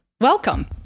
welcome